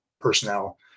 personnel